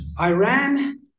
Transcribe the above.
Iran